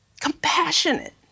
Compassionate